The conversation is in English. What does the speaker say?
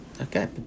okay